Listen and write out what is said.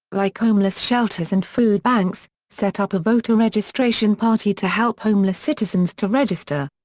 like homeless shelters and food banks, set up a voter registration party to help homeless citizens to register.